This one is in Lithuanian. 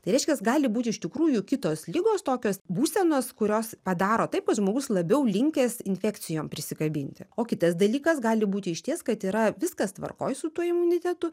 tai reiškias gali būti iš tikrųjų kitos ligos tokios būsenos kurios padaro taip kad žmogus labiau linkęs infekcijom prisikabinti o kitas dalykas gali būti išties kad yra viskas tvarkoj su tuo imunitetu